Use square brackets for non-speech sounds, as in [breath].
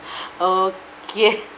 [breath] okay